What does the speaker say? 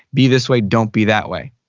be this way, don't be that way.